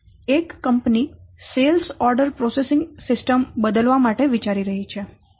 એક company sales order processing system બદલવા માટે વિચારી રહી છે